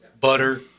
Butter